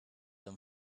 than